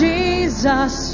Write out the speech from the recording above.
Jesus